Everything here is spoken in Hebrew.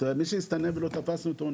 מי שהסתנן ולא תפסנו אותו,